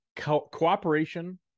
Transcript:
cooperation